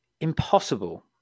impossible